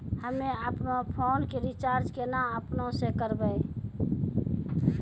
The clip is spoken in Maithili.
हम्मे आपनौ फोन के रीचार्ज केना आपनौ से करवै?